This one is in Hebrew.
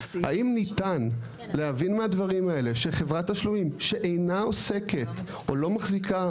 האם ניתן להבין מהדברים האלה שחברת תשלומים שאינה עוסקת או לא מחזיקה